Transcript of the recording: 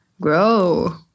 grow